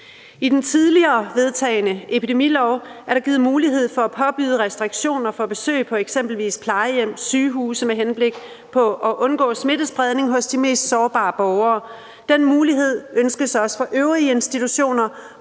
I den tidligere vedtagne epidemilov er der givet mulighed for at påbyde restriktioner på besøg på eksempelvis plejehjem og sygehuse med henblik på at undgå smittespredning hos de mest sårbare borgere. Den mulighed ønskes også for øvrige institutioner,